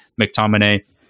McTominay